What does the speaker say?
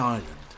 Island